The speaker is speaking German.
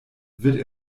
wird